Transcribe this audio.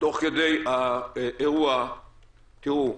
תוך כדי האירוע, תראו,